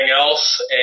else